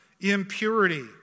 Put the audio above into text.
impurity